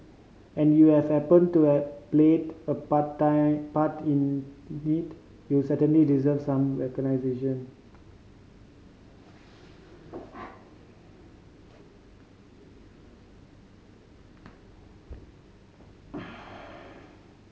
and you have happened to have played a part time part in it you certainly deserve some recognition